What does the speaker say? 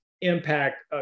impact